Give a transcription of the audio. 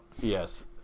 yes